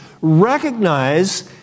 recognize